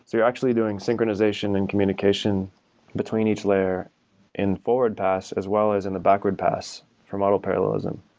you're actually doing synchronization and communication between each layer in forward pass as well as in the backward pass for model parallelism.